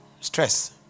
Stress